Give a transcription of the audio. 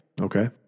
Okay